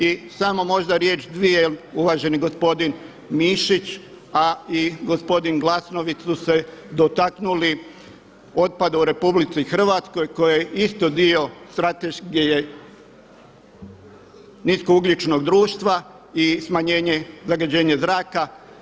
I samo možda riječ, dvije jel uvaženi gospodin Mišić, a i gospodin Glasnović su se dotaknuli otpada u RH koji je isto dio strateški nisko ugljičnog društva i smanjenje zagađenja zraka.